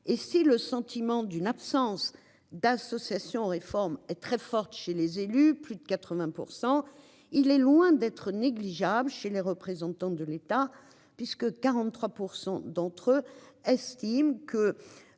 Et si le sentiment d'une absence d'associations réforme est très forte chez les élus, plus de 80%. Il est loin d'être négligeable chez les représentants de l'État puisque 43% d'entre eux estiment que.